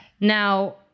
Now